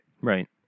Right